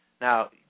Now